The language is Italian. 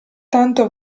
tanto